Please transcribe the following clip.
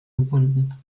gebunden